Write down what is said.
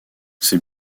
c’est